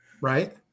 Right